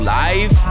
life